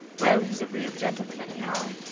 well, he's a real gentleman, anyhow.